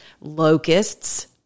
locusts